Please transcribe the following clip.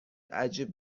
عجیب